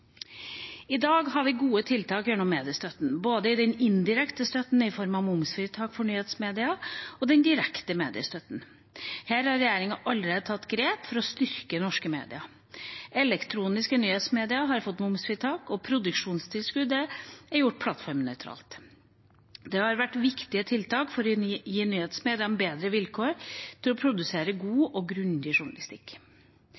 I dag har vi gode tiltak gjennom mediestøtten, både den indirekte støtten i form av momsfritak for nyhetsmedier og den direkte mediestøtten. Her har regjeringa allerede tatt grep for å styrke norske medier. Elektroniske nyhetsmedier har fått momsfritak, og produksjonstilskuddet er gjort plattformnøytralt. Det har vært viktige tiltak for å gi nyhetsmediene bedre vilkår til å produsere